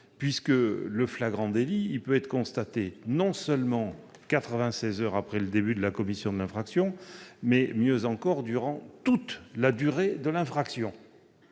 existant, le flagrant délit pouvant être constaté non seulement 96 heures après le début de la commission de l'infraction, mais aussi durant toute la durée de l'infraction.